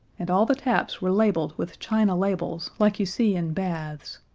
and all the taps were labeled with china labels like you see in baths.